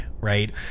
right